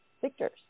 victors